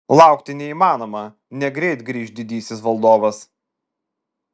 laukti neįmanoma negreit grįš didysis valdovas